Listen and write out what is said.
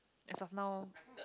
as of now